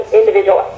individual